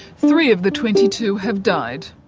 three of the twenty two have died.